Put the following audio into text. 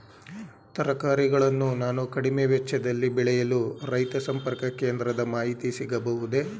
ತರಕಾರಿಗಳನ್ನು ನಾನು ಕಡಿಮೆ ವೆಚ್ಚದಲ್ಲಿ ಬೆಳೆಯಲು ರೈತ ಸಂಪರ್ಕ ಕೇಂದ್ರದ ಮಾಹಿತಿ ಸಿಗಬಹುದೇ?